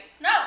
No